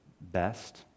best